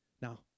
Now